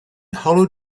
hollow